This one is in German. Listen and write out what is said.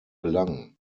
gelang